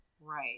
Right